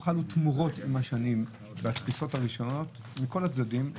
החברות אומרות לו שהן לא מביאות.